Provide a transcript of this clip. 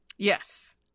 Yes